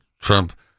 Trump